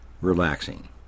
relaxing